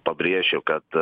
pabrėšiu kad